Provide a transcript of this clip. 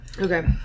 Okay